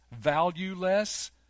valueless